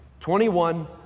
21